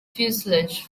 fuselage